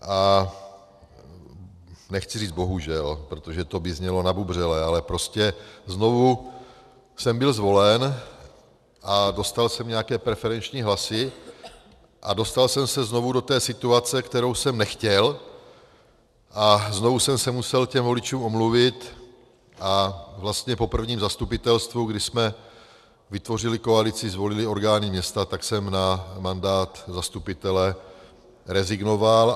A nechci říct bohužel, protože to by znělo nabubřele, ale prostě jsem byl zvolen a dostal jsem nějaké preferenční hlasy a dostal jsem se znovu do té situace, kterou jsem nechtěl, a znovu jsem se musel těm voličům omluvit a vlastně po prvním zastupitelstvu, kdy jsme vytvořili koalici, zvolili orgány města, tak jsem na mandát zastupitele rezignoval.